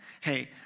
Hey